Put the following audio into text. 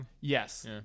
Yes